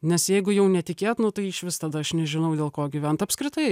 nes jeigu jau netikėt nu tai išvis tada aš nežinau dėl ko gyvent apskritai